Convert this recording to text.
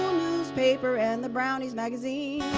newspaper and the brownies' magazine.